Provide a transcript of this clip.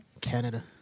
Canada